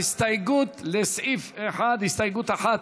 ההסתייגות מס' 1, לסעיף 1,